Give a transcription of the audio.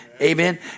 Amen